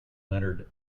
leonard